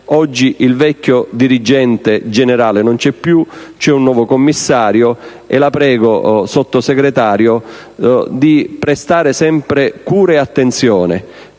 Oggi il vecchio dirigente generale non c'è più: c'è un nuovo commissario. La prego pertanto, onorevole Sottosegretario, di prestare sempre cura e attenzione